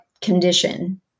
condition